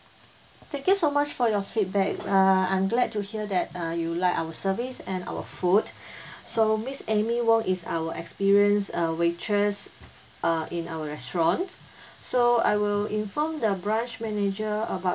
thank you so much for your feedback uh I'm glad to hear that uh you like our service and our food so miss amy wong is our experienced uh waitress uh in our restaurant so I will inform the branch manager about